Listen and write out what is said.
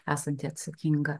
esanti atsakinga